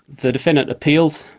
the defendant appealed,